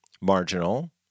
marginal